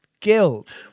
guilt